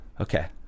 Okay